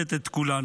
שמאחדת את כולנו.